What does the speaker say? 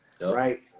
right